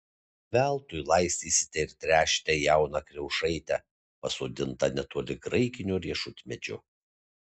veltui laistysite ir tręšite jauną kriaušaitę pasodintą netoli graikinio riešutmedžio